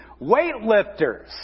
weightlifters